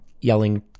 yelling